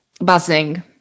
buzzing